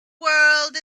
world